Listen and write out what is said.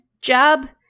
job